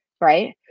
right